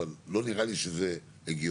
אבל לא נראה לי שזה הגיוני.